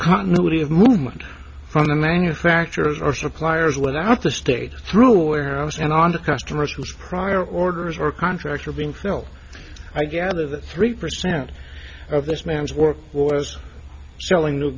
continuity of movement from the manufacturers or suppliers without the state through warehouse and on to customers whose prior orders were contractor being phil i gather the three percent of this man's work was selling new